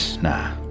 Nah